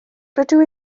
rydw